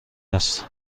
است